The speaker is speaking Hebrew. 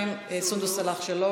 3. סונדוס סאלח,